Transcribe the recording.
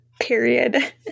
Period